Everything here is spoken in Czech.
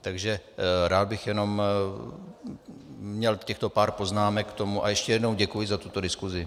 Takže rád bych jenom měl těchto pár poznámek k tomu a ještě jednou děkuji za tuto diskusi.